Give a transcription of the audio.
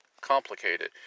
complicated